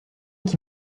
qui